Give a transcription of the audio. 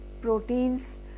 proteins